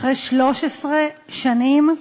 אחרי 13 שנים.